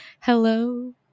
hello